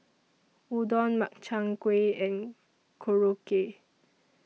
Udon Makchang Gui and Korokke